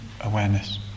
awareness